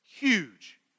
Huge